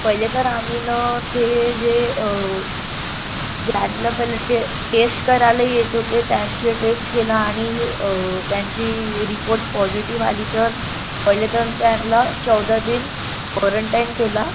पहिले तर आम्ही ते जे लॅबला पहिले टे टेस्ट करायला येत होते त्यांचे टेस्ट घेणं आणि त्यांची रिपोर्ट पॉझिटिव्ह आली तर पहिले तर त्यांना चौदा दिन कोरंटाईन केला